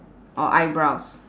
or eyebrows